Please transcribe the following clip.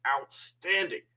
outstanding